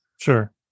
Sure